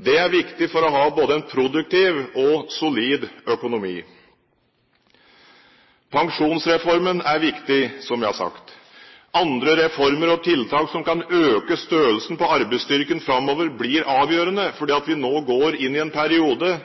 Det er viktig for å ha en produktiv og solid økonomi. Pensjonsreformen er viktig, som jeg har sagt. Andre reformer og tiltak som kan øke størrelsen på arbeidsstyrken framover, blir avgjørende. Fordi vi